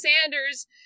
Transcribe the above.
Sanders